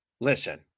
Listen